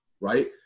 Right